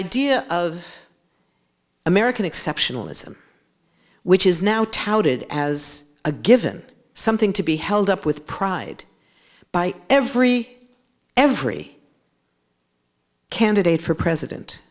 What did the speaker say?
idea of american exceptionalism which is now touted as a given something to be held up with pride by every every candidate for president